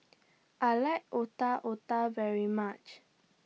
I like Otak Otak very much